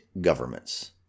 governments